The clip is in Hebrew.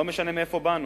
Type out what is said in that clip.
לא משנה מאיפה באנו,